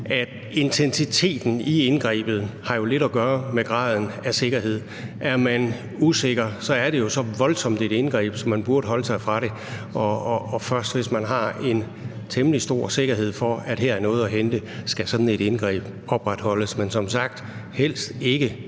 at intensiteten i indgrebet har lidt at gøre med graden af sikkerhed. Er man usikker, er det jo så voldsomt et indgreb, at man burde holde sig fra det. Først hvis man har en temmelig stor sikkerhed for, at her er noget at hente, skal sådan et indgreb opretholdes – men som sagt: helst ikke,